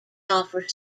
offer